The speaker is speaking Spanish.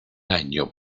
año